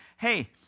hey